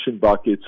buckets